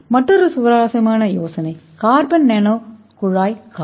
மற்றொரு சுவாரஸ்யமான யோசனை கார்பன் நானோ குழாய் காடு